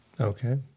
Okay